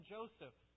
Joseph